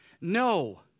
no